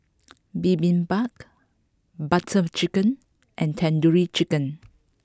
Bibimbap Butter Chicken and Tandoori Chicken